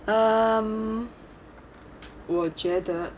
um 我觉得